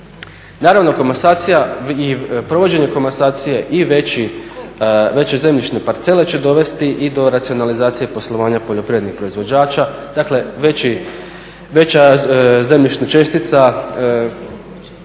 Naravno komasacija i provođenje komasacije i veće zemljišne parcele će dovesti i do racionalizacije poslovanja poljoprivrednih proizvođača. Dakle, veća zemljišna čestica